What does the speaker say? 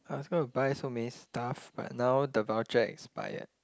I was going to buy so many stuff but now the voucher expired